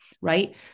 right